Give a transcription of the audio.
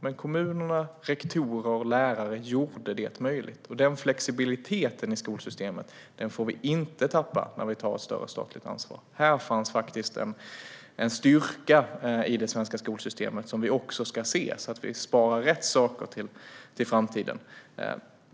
Men kommunerna, rektorer och lärare gjorde det möjligt, och den flexibiliteten i skolsystemet får vi inte tappa när vi tar ett större statligt ansvar. Här finns faktiskt en styrka i det svenska skolsystemet som vi också ska se, så att vi sparar rätt saker till framtiden.